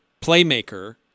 playmaker